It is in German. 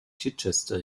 chichester